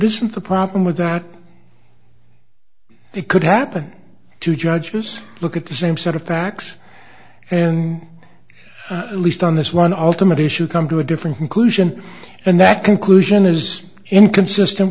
isn't the problem with that it could happen to judge this look at the same set of facts and at least on this one ultimate issue come to a different conclusion and that conclusion is inconsistent